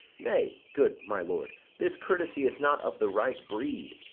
nay, good my lord, this courtesy is not of the right breed.